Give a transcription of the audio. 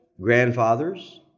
grandfathers